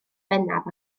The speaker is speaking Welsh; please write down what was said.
bennaf